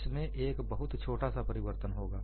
इसमें एक बहुत छोटा सा परिवर्तन होगा